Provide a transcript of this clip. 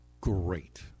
great